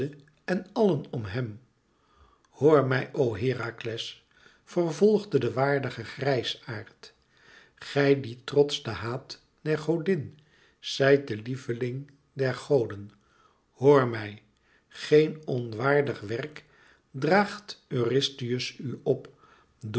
en allen om hem hoor mij o herakles vervolgde de waardige grijsaard gij die trots de haat der godin zijt de lieveling der goden hoor mij geen onwaardig werk draagt eurystheus u op